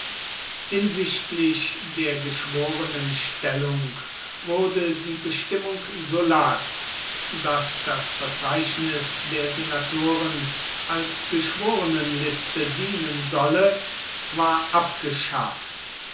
hinsichtlich der geschworenenstellung wurde die bestimmung sullas daß das verzeichnis der senatoren als geschworenenliste dienen solle zwar abgeschafft